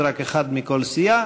רק אחד מכל סיעה.